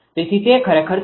તેથી તે ખરેખર છે